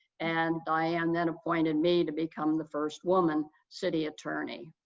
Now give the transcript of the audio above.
and dianne then appointed me to become the first woman city attorney.